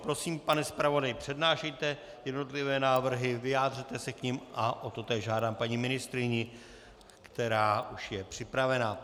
Prosím, pane zpravodaji, přednášejte jednotlivé návrhy, vyjádřete se k nim a o totéž žádám paní ministryni, která už je připravena.